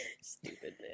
Stupid